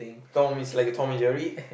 Tom is a like Tom-and-Jerry